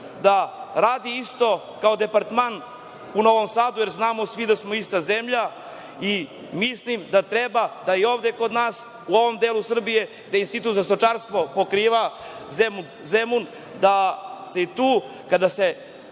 radi isto kao Departman u Novom Sadu, jer znamo svi da smo ista zemlja i mislim da treba da i ovde, kod nas, u ovom delu Srbije gde Institut za stočarstvo pokriva Zemun, da se i tu, kada se